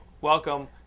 welcome